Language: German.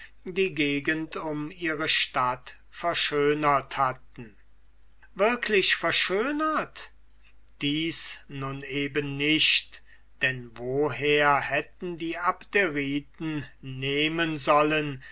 die gegend um ihre stadt verschönert hatten wirklich verschönert dies nun eben nicht denn woher hätten die abderiten nehmen sollen